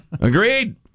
Agreed